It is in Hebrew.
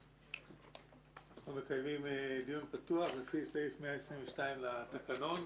אנחנו מקיימים דיון פתוח לפני סעיף 120(ב)(2) לתקנון.